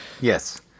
yes